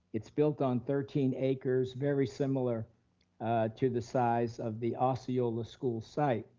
it's built on thirteen acres, very similar to the size of the osceola school site.